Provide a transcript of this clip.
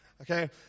Okay